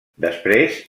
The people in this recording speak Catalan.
després